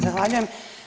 Zahvaljujem.